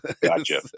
Gotcha